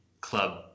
club